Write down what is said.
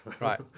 right